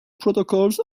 protocols